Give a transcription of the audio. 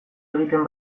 egiten